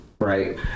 Right